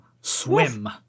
Swim